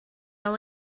all